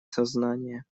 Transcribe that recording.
сознание